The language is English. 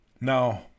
Now